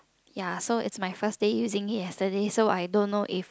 ya so its my first day using it yesterday so I don't know if